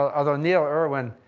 ah although neil irwin